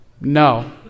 No